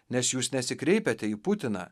nes jūs nesikreipiate į putiną